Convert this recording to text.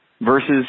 Versus